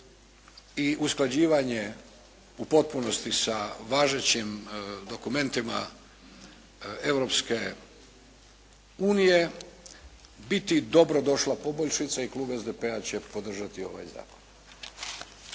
i usklađivanje u potpunosti sa važećim dokumentima Europske unije biti dobro došla poboljšica i klub SDP-a će podržati ovaj zakon.